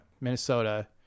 Minnesota